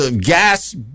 gas